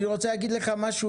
אני רוצה להגיד לך משהו,